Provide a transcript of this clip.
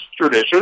tradition